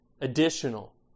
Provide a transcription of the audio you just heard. additional